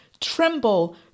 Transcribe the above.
tremble